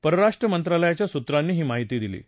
परराष्ट्र मंत्रालयाच्या सूत्रांनी ही माहिती दिली आहे